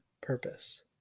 purpose